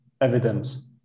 evidence